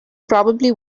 probably